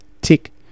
tick